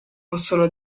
possono